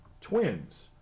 twins